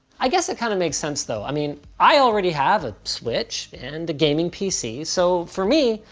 i guess it kind of makes sense though. i mean, i already have a switch and a gaming pc, so, for me,